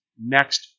next